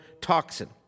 toxin